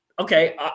okay